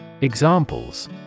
Examples